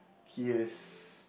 he is